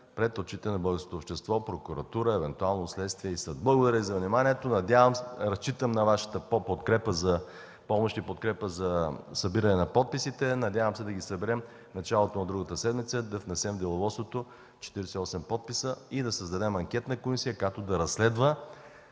пред очите на българското общество, прокуратура, евентуално следствие и съд. Благодаря за вниманието. Разчитам на Вашата помощ и подкрепа за събиране на подписите. Надявам се да ги съберем, в началото на другата седмица да внесем в Деловодството 48 подписа и да създадем анкетна комисия, която да разследва